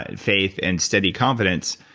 and faith and steady confidence.